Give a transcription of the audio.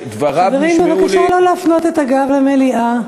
חברים, בבקשה לא להפנות את הגב למליאה.